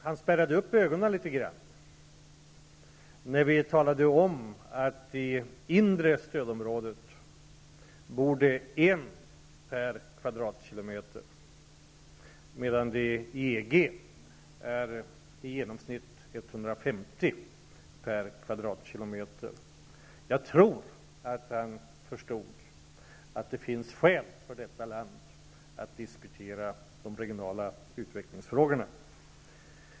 Han spärrade upp ögonen litet när vi talade om att det i det inre stödområdet bor en person på varje kvadratkilometer, medan det i EG bor i genomsnitt 150 personer på varje kvadratkilometer. Jag tror att han förstod att det finns skäl för Sverige att diskutera de regionala utvecklingsfrågorna.